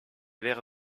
l’air